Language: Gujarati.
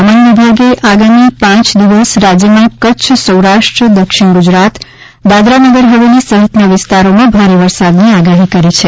હવામાન વિભાગે આગામી પાંચ દિવસ રાજયમાં કચ્છ સૌરાષ્ટ્ર દક્ષિણ ગુજરાત દાદરાનગર હવેલી સહિતના વિસ્તારોમાં ભારે વરસાદની આગાહી કરી છે